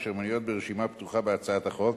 אשר מנויות ברשימה פתוחה בהצעת החוק,